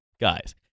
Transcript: guys